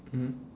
mm